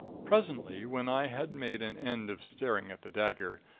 presently, when i had made an end of staring at the dagger,